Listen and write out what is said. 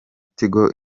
tigo